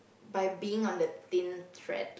by being on the thin thread